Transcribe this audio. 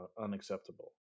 unacceptable